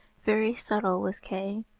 very subtle was kay.